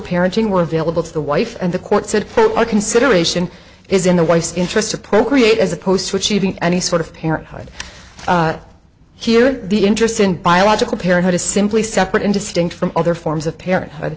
parenting were available to the wife and the court said our consideration is in the wife's interest to procreate as opposed to achieving any sort of parenthood here the interest in biological parent is simply separate and distinct from other forms of parent